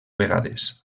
vegades